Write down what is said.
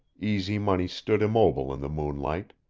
easy money stood immobile in the moonlight.